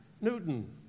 Newton